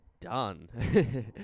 done